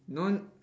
no